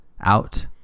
out